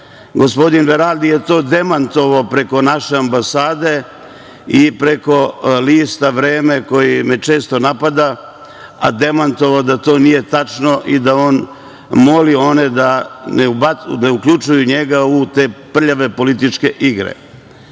devojka. Gospodin Veraldi je to demantovao preko naše ambasade i preko lista „Vreme“ koje me često napada, a demantovao da to nije tačno i da on moli one da ne uključuju njega u te prljave političke igre.